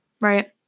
right